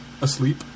Asleep